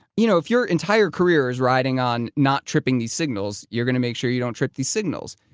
you know if your entire career is riding on not tripping these signals, you're going to make sure you don't trip these signals.